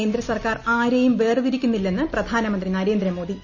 കേന്ദ്ര സർക്കാർ ആരെയും വേർതിരിക്കുന്നില്ലെന്ന് പ്രധാനമന്ത്രി നരേന്ദ്രമോദി